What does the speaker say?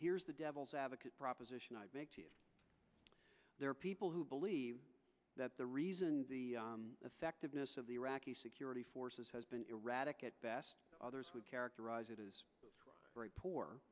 here's the devil's advocate proposition there are people who believe that the reason the effectiveness of the iraqi security forces has been erratic at best others would characterize it as very poor